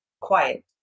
quiet